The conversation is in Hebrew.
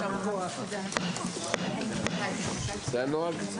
הישיבה נעולה.